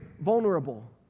vulnerable